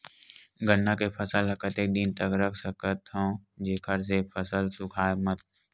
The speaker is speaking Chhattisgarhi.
गन्ना के फसल ल कतेक दिन तक रख सकथव जेखर से फसल सूखाय मत?